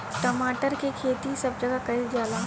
टमाटर के खेती सब जगह कइल जाला